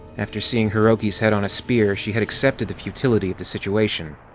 after seeing hiroki's head on a spear, she had accepted the futility of the situation.